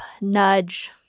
nudge